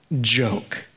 joke